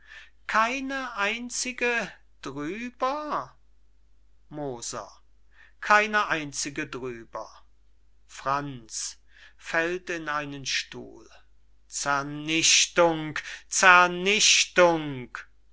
keine einzige drüber moser keine einzige drüber franz